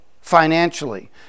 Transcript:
financially